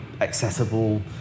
accessible